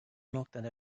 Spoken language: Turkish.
noktada